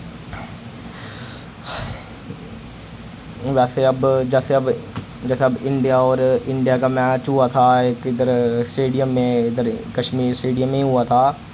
बैसे अब जैसे अब जैसे अब इंडिया और इंडिया का मैच हुआ था एक इधर स्टेडियम में इधर कश्मीर स्टेडियम में ही हुआ था